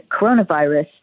coronavirus